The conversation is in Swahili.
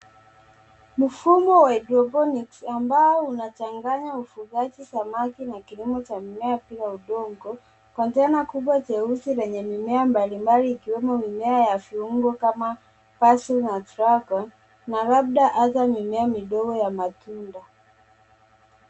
Mfumo wa hydroponics ambao unachanganya ufugaji samaki na kilimo cha mimea bila udongo. Container kubwa jeusi lenye mimea mbali mbali ikiwemo mimea ya viungo kama parsley na dragon na labda hata mimea midogo ya matunda.